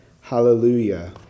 Hallelujah